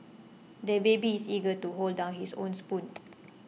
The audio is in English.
the baby is eager to hold down his own spoon